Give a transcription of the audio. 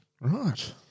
Right